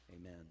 amen